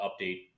update